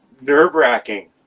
nerve-wracking